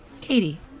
Katie